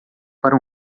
para